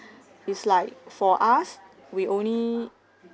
is like for us we only